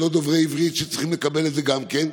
שלא דוברים עברית וצריכים לקבל את זה גם כן.